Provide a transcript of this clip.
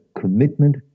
commitment